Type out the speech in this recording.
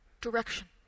direction